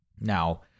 Now